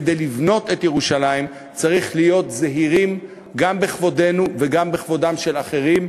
כדי לבנות את ירושלים יש להיות זהירים גם בכבודנו וגם בכבודם של אחרים,